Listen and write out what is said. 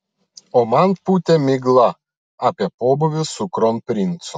o man pūtė miglą apie pobūvius su kronprincu